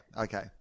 okay